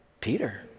Peter